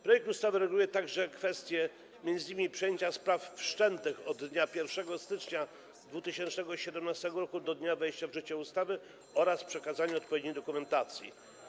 Projekt ustawy reguluje także kwestie m.in. przejęcia spraw wszczętych od dnia 1 stycznia 2017 r. do dnia wejścia w życie ustawy oraz przekazanie odpowiedniej dokumentacji.